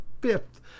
fifth